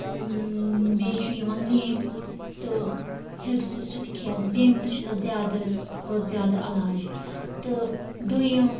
بیٚیہِ چھُ یِوان لیٚمبۍ تہٕ ہیٚکہِ سُہ سُتہِ کھٮ۪تھ لیٚمبۍ تہِ چھِ تَتھ زیادٕ کھۄتہٕ زیادٕ علاج تہٕ دۄیِم